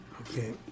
Okay